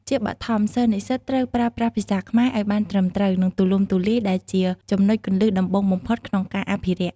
ជាបឋម សិស្សនិស្សិតត្រូវប្រើប្រាស់ ភាសាខ្មែរឱ្យបានត្រឹមត្រូវ និងទូលំទូលាយ ដែលនេះជាចំណុចគន្លឹះដំបូងបំផុតក្នុងការអភិរក្ស។ ។